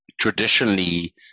traditionally